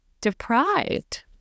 deprived